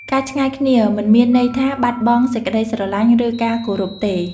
ការឆ្ងាយគ្នាមិនមានន័យថាបាត់បង់សេចក្ដីស្រឡាញ់ ឬការគោរពទេ។